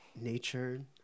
nature